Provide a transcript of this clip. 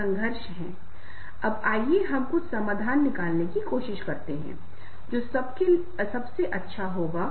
सहानुभूति का मतलब है बस कुछ दिखाना और कहना कि यह वास्तव में बहुत बुरा है और ऐसा नहीं होना चाहिए था